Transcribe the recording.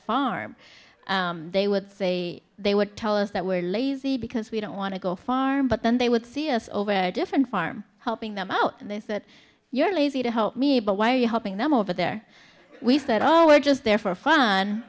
farm they would say they would tell us that we're lazy because we don't want to go far but then they would see is over a different farm helping them out and they say that you're lazy to help me but why are you helping them over there we said oh we're just there for fun